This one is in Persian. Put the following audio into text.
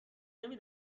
نمی